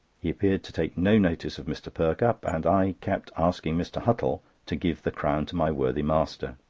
he appeared to take no notice of mr. perkupp, and i kept asking mr. huttle to give the crown to my worthy master.